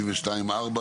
62(4),